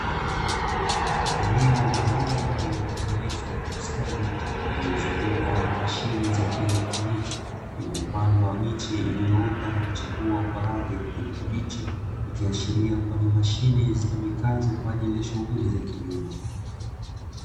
Eneo maalumu lililotengenezwa kwa ustadi, lililozungukwa na mashine za kieletroniki, lililopandwa miche iliyoota na kuchipua kwa rangi ya kijani kibichi, ikiashiria kuwa ni mashine zitumikazo kwa ajili ya shughuli za kilimo.